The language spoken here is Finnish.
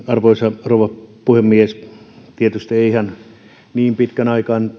arvoisa rouva puhemies tietysti eihän niin pitkän